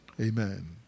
Amen